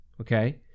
okay